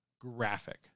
graphic